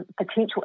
potential